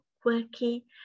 quirky